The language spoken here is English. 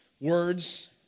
words